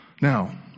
Now